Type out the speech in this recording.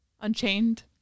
Unchained